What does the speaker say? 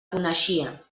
coneixia